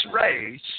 race